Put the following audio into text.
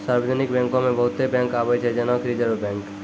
सार्वजानिक बैंको मे बहुते बैंक आबै छै जेना कि रिजर्व बैंक